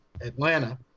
Atlanta